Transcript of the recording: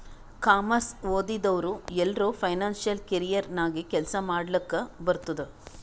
commerce ಓದಿದವ್ರು ಎಲ್ಲರೂ financial career ನಾಗೆ ಕೆಲ್ಸಾ ಮಾಡ್ಲಕ್ ಬರ್ತುದ್